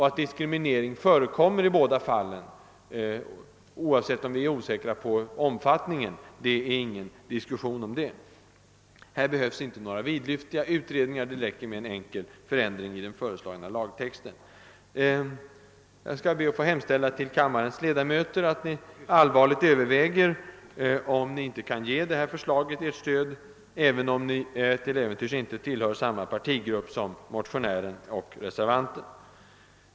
Att diskriminering förekommer i båda fallen är det ingen diskussion om även om det är svårt att ange omfattningen. Här behövs inte några vidlyftiga utredningar; det räcker med en enkel förändring av den föreslagna lagtexten. Jag skall be att få hemställa till kammarens ledamöter att ni allvarligt överväger om ni inte kan ge detta förslag ert stöd, även om ni till äventyrs inte tillhör samma partigrupp som motionären och reservanten.